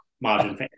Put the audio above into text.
margin